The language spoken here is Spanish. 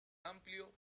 amplio